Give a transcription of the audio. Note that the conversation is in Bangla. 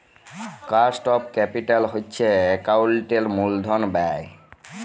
কস্ট অফ ক্যাপিটাল হছে একাউল্টিংয়ের মূলধল ব্যায়